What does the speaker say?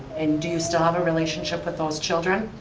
and do you still have a relationship with those children?